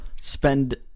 spend